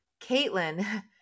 Caitlin